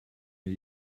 mir